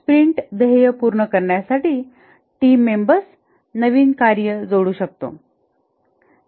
sprint ध्येय पूर्ण करण्यासाठी टीम मेंबर्स नवीन कार्ये जोडू शकतो